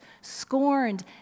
scorned